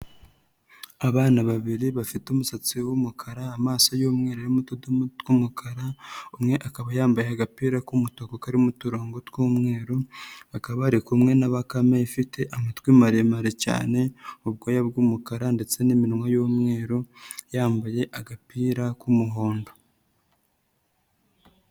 Abana babiri bafite umusatsi w'umukara amaso y'umweru arimo utudomo tw'umukara, umwe akaba yambaye agapira k'umutuku karimo uturongo tw'umweru, bakaba bari kumwe na bakame ifite amatwi maremare cyane, ubwoya bw'umukara ndetse n'iminwa y'umweru yambaye agapira k'umuhondo.